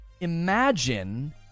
imagine